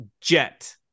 jet